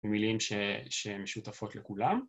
ומילים ש... שמשותפות לכולם.